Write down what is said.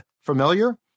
familiar